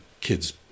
kids